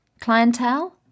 clientele